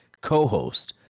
co-host